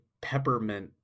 peppermint